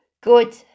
Good